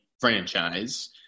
franchise